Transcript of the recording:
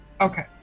Okay